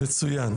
מצוין.